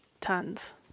Tons